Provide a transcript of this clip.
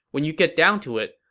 when you get down to it,